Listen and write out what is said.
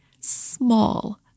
small